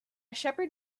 shepherd